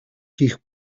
хийх